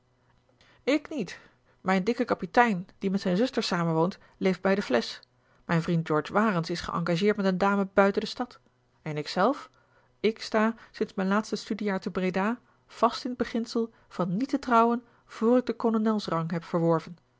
ik niet mijn dikke kapitein die met zijne zuster samenwoont leeft bij de flesch mijn vriend george warens is geëngageerd met eene dame buiten de stad en ik zelf ik sta sinds mijn laatste studiejaar te breda vast in t beginsel van niet te trouwen voor ik den kolonelsrang heb verworven